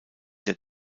der